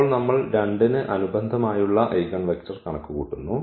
ഇപ്പോൾ നമ്മൾ 2 ന് അനുബന്ധമായുള്ള ഐഗൻവെക്റ്റർ കണക്കുകൂട്ടുന്നു